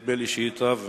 נדמה לי שייטב לכולם.